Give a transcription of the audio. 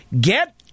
Get